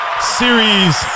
series